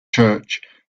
church